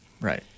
Right